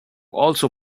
also